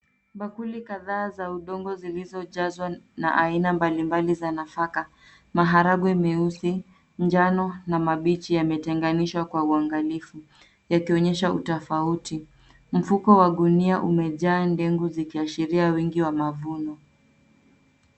Bakuli kadhaa za udongo zilizojazwa na aina mbalimbali za nafaka. Maharagwe meusi, njano na mabichi yametenganishwa kwa uangalifu yakionyesha utofauti. Mfuko wa gunia umejaa ndengu zikiashiria wingi wa mavuno.